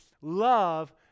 Love